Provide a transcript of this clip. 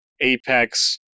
Apex